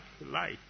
light